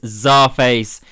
zarface